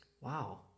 Wow